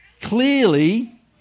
clearly